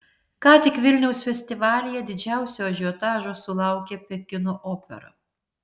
ką tik vilniaus festivalyje didžiausio ažiotažo sulaukė pekino opera